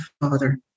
father